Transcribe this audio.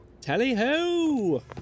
Tally-ho